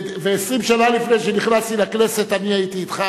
ו-20 שנה לפני שנכנסתי לכנסת אני הייתי אתך